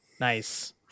Nice